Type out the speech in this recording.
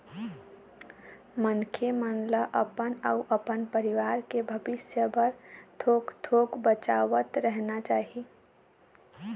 मनखे मन ल अपन अउ अपन परवार के भविस्य बर थोक थोक बचावतरहना चाही